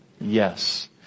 Yes